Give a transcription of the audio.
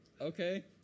Okay